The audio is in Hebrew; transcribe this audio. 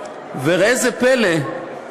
וראה זה פלא,